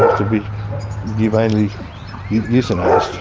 to be humanely euthanised.